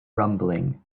rumbling